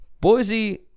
Boise